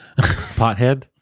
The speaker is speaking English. Pothead